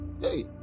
Hey